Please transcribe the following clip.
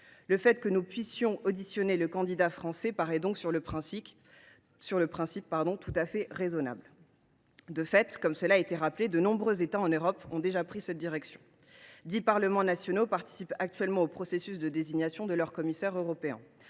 Que nous puissions auditionner le candidat français paraît donc, sur le principe, tout à fait raisonnable. De fait – cela a été rappelé –, de nombreux États en Europe ont déjà pris cette direction : dix parlements nationaux participent actuellement au processus de désignation de leur commissaire européen.